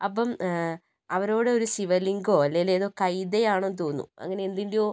അപ്പം അവരോടൊരു ശിവലിംഗമോ അല്ലേലേതോ കൈതയാണെന്ന് തോന്നുന്നു അങ്ങനെ എന്തിൻ്റെയോ